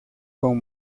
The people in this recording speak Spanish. con